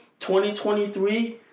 2023